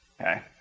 Okay